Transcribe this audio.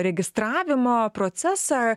registravimo procesą